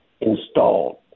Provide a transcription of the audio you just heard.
installed